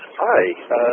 Hi